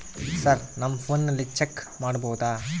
Sir ನಮ್ಮ ಫೋನಿನಲ್ಲಿ check ಮಾಡಬಹುದಾ?